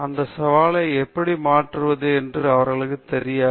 இந்த சவாலை எப்படி மாற்றுவது என்பது அவர்களுக்குத் தெரியாது